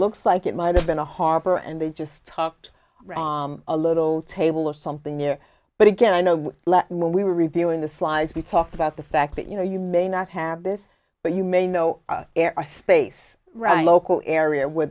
looks like it might have been a harper and they just talked a little table or something near but again i know when we were reviewing the slides we talked about the fact that you know you may not have this but you may know there are space right local area where